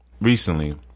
recently